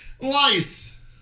Lice